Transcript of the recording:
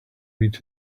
read